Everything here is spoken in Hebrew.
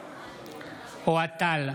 בעד אוהד טל,